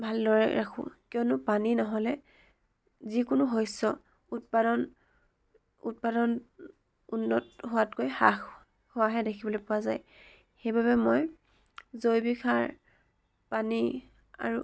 ভালদৰে ৰাখো কিয়নো পানী নহ'লে যিকোনো শস্য উৎপাদন উৎপাদন উন্নত হোৱাতকৈ হ্ৰাস হোৱাহে দেখিবলৈ পোৱা যায় সেইবাবে মই জৈৱিক সাৰ পানী আৰু